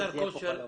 זה יהיה פה חלום.